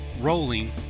rolling